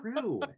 true